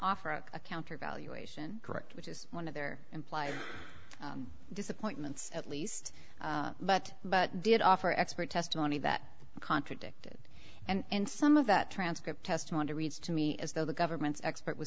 offer a counter valuation correct which is one of their implied disappointments at least but but did offer expert testimony that contradicted and some of that transcript testimony reads to me as though the government's expert was